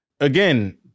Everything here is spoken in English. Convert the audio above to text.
again